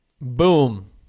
boom